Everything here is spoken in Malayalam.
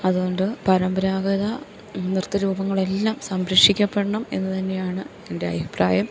അതുകൊണ്ട് പരമ്പരാഗത നൃത്തരൂപങ്ങളെല്ലാം സംരക്ഷിക്കപ്പെടണം എന്ന് തന്നെയാണ് എൻ്റെ അഭിപ്രായം